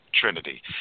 Trinity